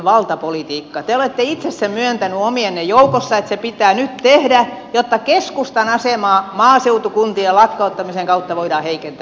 te olette itse sen myöntänyt omienne joukossa että se pitää nyt tehdä jotta keskustan asemaa maaseutukuntien lakkauttamisen kautta voidaan heikentää